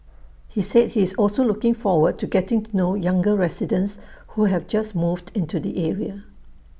he said he is also looking forward to getting to know younger residents who have just moved into the area